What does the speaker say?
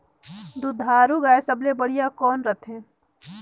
दुधारू गाय सबले बढ़िया कौन रथे?